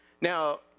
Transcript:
Now